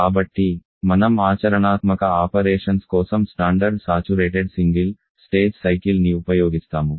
కాబట్టి మనం ఆచరణాత్మక ఆపరేషన్స్ కోసం స్టాండర్డ్ సాచురేటెడ్ సింగిల్ స్టేజ్ సైకిల్ని ఉపయోగిస్తాము